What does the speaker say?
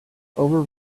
over